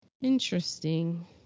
Interesting